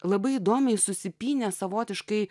labai įdomiai susipynę savotiškai